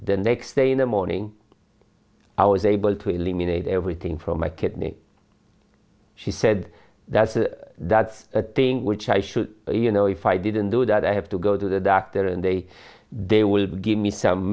next day in the morning hours able to eliminate everything from my kidney she said that's it that's the thing which i should you know if i didn't do that i have to go to the doctor and they they will give me some